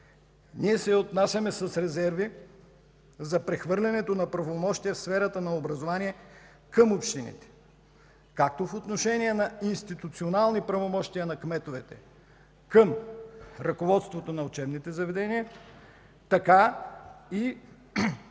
ние се отнасяме с резерви за прехвърлянето на правомощия в сферата на образование към общините както по отношение на институционални правомощия на кметовете към ръководството на учебните заведения, така и